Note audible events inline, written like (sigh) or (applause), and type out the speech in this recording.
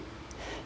(breath)